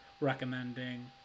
recommending